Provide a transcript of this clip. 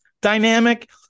dynamic